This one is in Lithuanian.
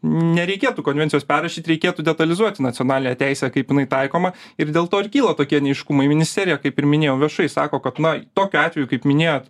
nereikėtų konvencijos perrašyt reikėtų detalizuoti nacionalinę teisę kaip jinai taikoma ir dėl to ir kyla tokie neaiškumai ministerija kaip ir minėjau viešai sako kad na tokiu atveju kaip minėjot